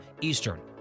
Eastern